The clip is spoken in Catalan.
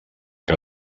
que